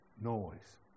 noise